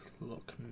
look